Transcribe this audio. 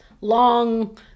long